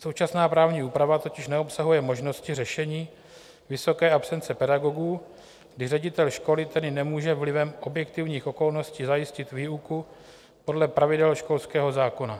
Současná právní úprava totiž neobsahuje možnosti řešení vysoké absence pedagogů, kdy ředitel školy tedy nemůže vlivem objektivních okolností zajistit výuku podle pravidel školského zákona.